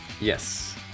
Yes